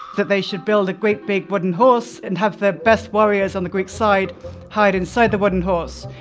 that they should build a great, big wooden horse and have their best warriors on the greek side hide inside the wooden horse.